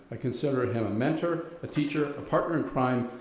i considered him a mentor, a teacher, a partner in crime,